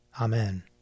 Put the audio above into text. Amen